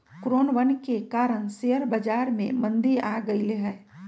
कोरोनवन के कारण शेयर बाजार में मंदी आ गईले है